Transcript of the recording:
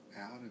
out